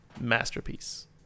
masterpiece